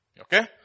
Okay